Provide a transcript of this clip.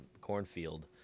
cornfield